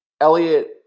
Elliot